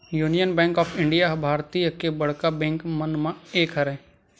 union bank of India ह भारतीय के बड़का बेंक मन म एक हरय